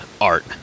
art